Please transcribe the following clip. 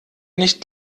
nicht